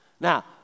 Now